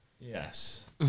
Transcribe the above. Yes